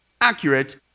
accurate